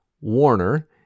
Warner